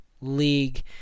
league